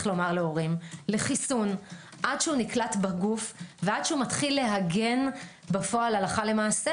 לומר להורים - לחיסון עד שנקלט בגוף ועד שמתחיל בפועל להגן.